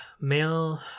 male